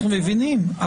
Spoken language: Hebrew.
אנחנו מבינים,